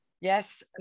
Yes